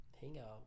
hangout